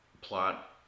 plot